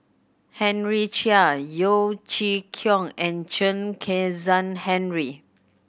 Henry Chia Yeo Chee Kiong and Chen Kezhan Henri